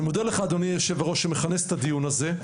אני מודה לך אדוני היושב ראש על כינוס הדיון הזה,